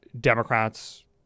Democrats